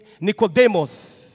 Nicodemus